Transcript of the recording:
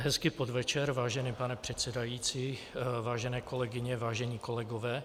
Hezký podvečer, vážený pane předsedající, vážené kolegyně, vážení kolegové.